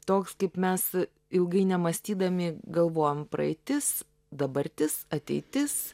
toks kaip mes ilgai nemąstydami galvojam praeitis dabartis ateitis